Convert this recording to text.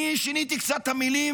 אני שיניתי קצת את המילים.